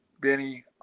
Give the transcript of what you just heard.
Benny